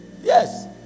Yes